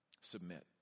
submit